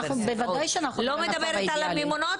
בוודאי שאנחנו לא במצב אידיאלי.